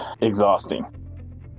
exhausting